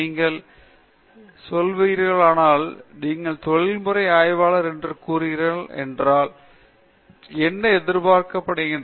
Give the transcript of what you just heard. நீங்கள் சொல்வீர்களாயின் நீ தொழில்முறை ஆய்வாளர் என்று கூறுகிறாய் என்றால் உன்னால் என்ன எதிர்பார்க்கப்படுகிறது